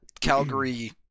Calgary